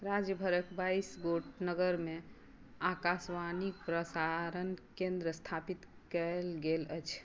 राज्यभरिके बाइसगोट नगरमे आकाशवाणीके प्रसारण केन्द्र स्थापित कएल गेल अछि